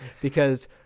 because-